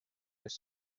les